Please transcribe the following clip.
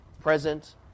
present